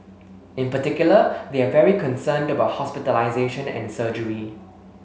in particular they are very concerned about hospitalisation and surgery